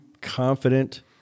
confident